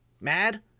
mad